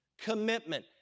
commitment